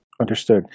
Understood